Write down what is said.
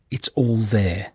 it's all there